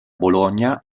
bologna